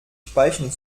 speichen